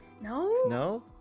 No